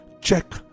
check